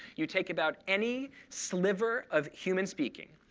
you take about any sliver of human speaking,